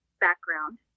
background